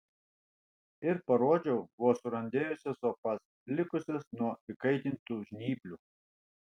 ir parodžiau vos surandėjusias opas likusias nuo įkaitintų žnyplių